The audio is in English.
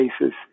basis